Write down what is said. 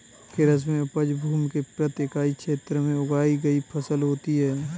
कृषि में उपज भूमि के प्रति इकाई क्षेत्र में उगाई गई फसल होती है